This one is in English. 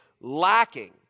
lacking